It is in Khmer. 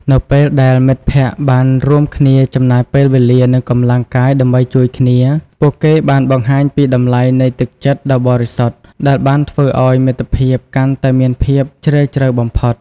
នៅពេលដែលមិត្តភក្តិបានរួមគ្នាចំណាយពេលវេលានិងកម្លាំងកាយដើម្បីជួយគ្នា ពួកគេបានបង្ហាញពីតម្លៃនៃទឹកចិត្តដ៏បរិសុទ្ធដែលបានធ្វើឲ្យមិត្តភាពកាន់តែមានភាពជ្រាលជ្រៅបំផុត។